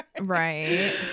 Right